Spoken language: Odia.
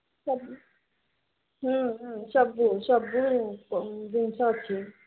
ସବୁ ହୁଁ ହୁଁ ସବୁ ସବୁ ଜିନିଷ ଅଛି